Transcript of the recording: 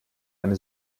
eine